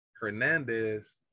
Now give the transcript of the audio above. Hernandez